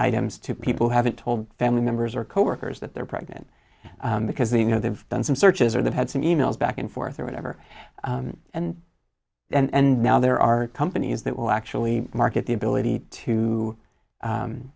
items to people who haven't told family members or coworkers that they're pregnant because they know they've done some searches or that had some e mails back and forth or whatever and and now there are companies that will actually market the ability to